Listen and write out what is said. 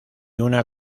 una